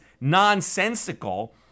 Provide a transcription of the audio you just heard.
nonsensical